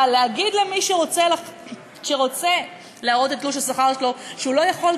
אבל להגיד למי שרוצה להראות את תלוש השכר שלו שהוא לא יכול,